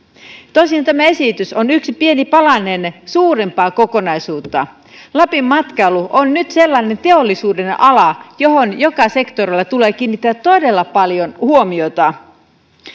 tosin tämä esitys on yksi pieni palanen suurempaa kokonaisuutta lapin matkailu on nyt sellainen teollisuudenala johon joka sektorilla tulee kiinnittää todella paljon huomiota